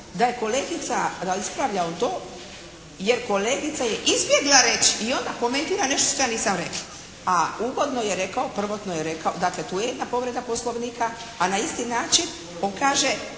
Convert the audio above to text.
Da je kolegica, da je ispravljao to jer kolegica je izbjegla reći i onda komentira nešto što ja nisam rekla. A uvodno je rekao, prvotno je rekao dakle tu je jedna povreda Poslovnika. A na isti način on kaže,